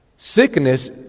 Sickness